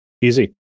Easy